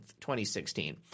2016